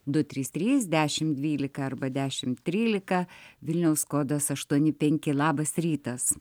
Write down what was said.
du trys trys dešimt dvylika arba dešimt trylika vilniaus kodas aštuoni penki labas rytas